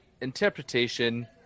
interpretation